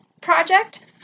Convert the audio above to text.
project